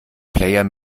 player